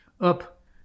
up